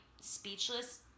Speechless